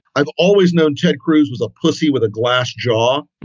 i've always known ted cruz was a pussy with a glass jaw.